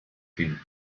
hin